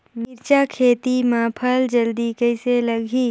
मिरचा खेती मां फल जल्दी कइसे लगही?